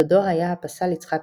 דודו היה הפסל יצחק